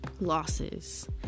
losses